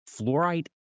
Fluorite